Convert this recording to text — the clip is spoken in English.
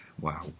wow